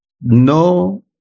No